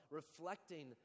reflecting